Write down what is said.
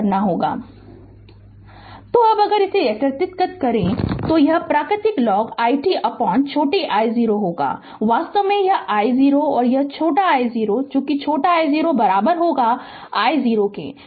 Refer Slide Time 1016 तो अब अगर इसे एकीकृत करें तो यह प्राकृतिक लॉग i t छोटा I0 होगा वास्तव में यह छोटा I0 है यह छोटा I0 और छोटा I0 I0 है